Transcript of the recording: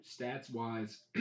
stats-wise